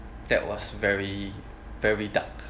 that was very very dark